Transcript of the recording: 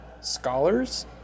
scholars